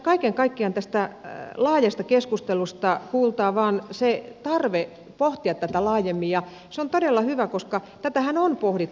kaiken kaikkiaan tästä laajasta keskustelusta kuultaa vain se tarve pohtia tätä laajemmin ja se on todella hyvä koska tätähän on pohdittu